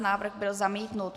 Návrh byl zamítnut.